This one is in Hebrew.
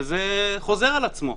וזה חוזר על עצמו.